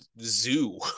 zoo